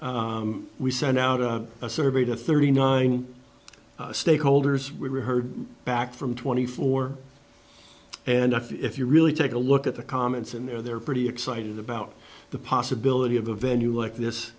survey we sent out a survey to thirty nine stakeholders we heard back from twenty four and if you really take a look at the comments in there they're pretty excited about the possibility of a venue like this